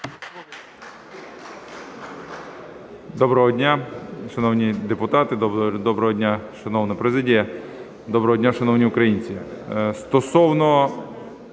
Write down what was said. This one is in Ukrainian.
Доброго дня, шановні депутати! Доброго дня, шановна президія! Доброго дня, шановні українці!